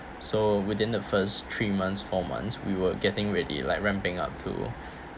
so within the first three months four months we were getting ready like ramping up to